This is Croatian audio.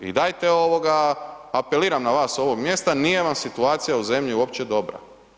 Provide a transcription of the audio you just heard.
I dajte, apeliram na vas s ovog mjesta, nije vam situacija u zemlji uopće dobra.